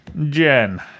Jen